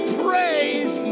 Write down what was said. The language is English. praise